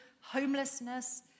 homelessness